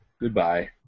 Goodbye